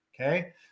okay